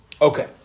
Okay